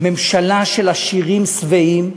ממשלה של עשירים שבעים,